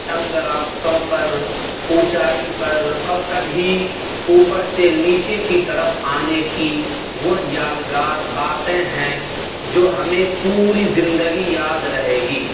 تنگ راستوں پر اونچائی پر اور کبھی اوپر سے نیچے کی طرف آنے کی وہ یادگار باتیں ہیں جو ہمیں پوری زندگی یاد رہے گی